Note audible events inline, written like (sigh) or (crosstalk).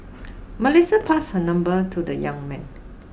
(noise) Melissa passed her number to the young man